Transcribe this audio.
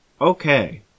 okay